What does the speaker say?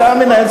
אתה מנהל,